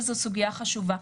וזו סוגיה חשובה,